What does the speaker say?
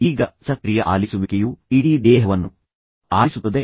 ಈಗ ಸಕ್ರಿಯ ಆಲಿಸುವಿಕೆಯು ಇಡೀ ದೇಹವನ್ನು ಆಲಿಸುತ್ತದೆ